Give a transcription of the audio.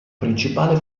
principale